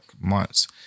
months